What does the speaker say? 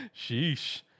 Sheesh